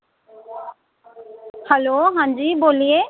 hello हां जी बोलिए